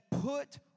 put